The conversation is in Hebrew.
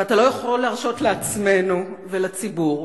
ואתה לא יכול להרשות לעצמנו ולציבור,